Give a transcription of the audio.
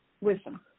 Wisdom